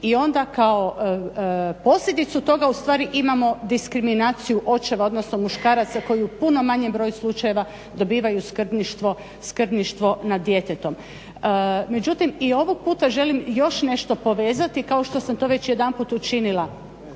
I onda kao posljedicu toga ustvari imamo diskriminaciju očeva, odnosno muškaraca koji u puno manjem broju slučajeva dobivaju skrbništvo nad djetetom. Međutim i ovog puta želim još nešto povezati kao što sam to već jedanput učinila.